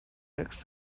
next